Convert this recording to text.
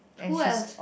who else